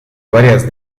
varias